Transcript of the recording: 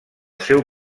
seu